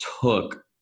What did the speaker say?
took